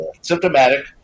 symptomatic